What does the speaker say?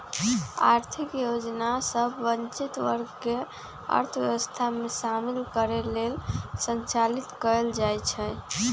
आर्थिक योजना सभ वंचित वर्ग के अर्थव्यवस्था में शामिल करे लेल संचालित कएल जाइ छइ